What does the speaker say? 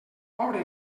pobre